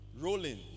Rolling